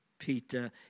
Peter